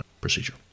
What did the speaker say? Procedure